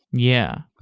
yeah.